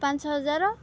ପାଞ୍ଚ ହଜାର